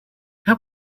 how